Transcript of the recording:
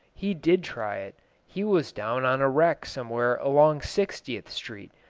he did try it he was down on a wreck somewhere along sixtieth street,